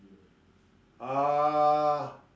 ah